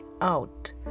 out